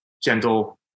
gentle